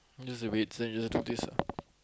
just the weights then you just do this ah